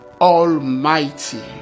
Almighty